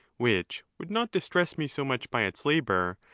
which would not distress me so much by its labour,